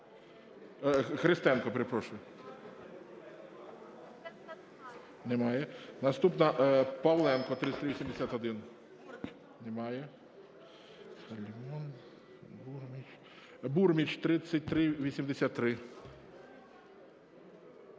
Христенко, перепрошую. Немає. Наступна - Павленко, 3381. Немає. Бурміч, 3383.